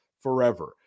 forever